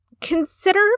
Consider